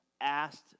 asked